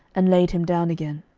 and laid him down again.